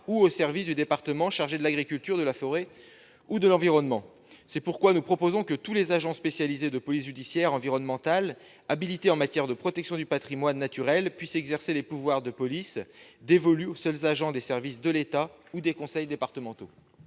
ou aux services du département chargés de l'agriculture, de la forêt ou de l'environnement ». C'est pourquoi nous proposons que tous les agents spécialisés de police judiciaire environnementale habilités en matière de protection du patrimoine naturel puissent exercer les pouvoirs de police dévolus aux seuls agents des services de l'État ou des conseils départementaux.